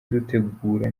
dutegura